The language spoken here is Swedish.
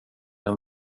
den